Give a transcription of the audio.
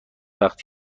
وقت